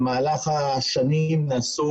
במהלך השנים,